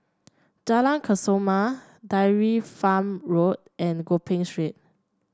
Jalan Kesoma Dairy Farm Road and Gopeng Street